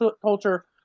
culture